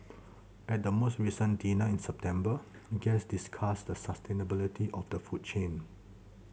at the most recent dinner in September guests discussed the sustainability of the food chain